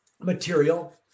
material